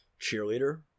cheerleader